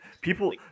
People